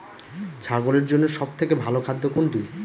ছাগলের জন্য সব থেকে ভালো খাদ্য কোনটি?